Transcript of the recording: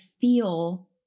feel